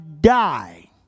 die